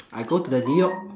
I go to the new-york